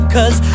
Cause